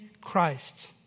Christ